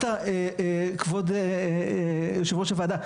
כבוד יושב-ראש הוועדה,